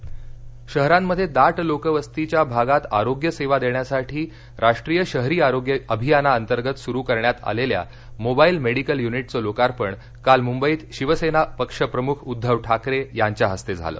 mobile unit शहरांमध्ये दाट लोकवस्तीच्या भागात आरोग्य सेवा देण्यासाठी राष्ट्रीय शहरी आरोग्य अभियानातर्गत सुरु करण्यात आलेल्या मोबाईल मेडिकल यूनिटचं लोकार्पण काल मुंबईत शिवसेना पक्ष प्रमुख उद्वव ठाकरे यांच्या हस्ते झालं